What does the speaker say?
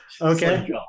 Okay